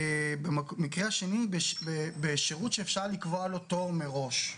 שנית - בשרות שאפשר לקבוע לו תור מראש.